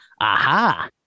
aha